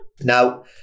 Now